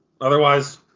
Otherwise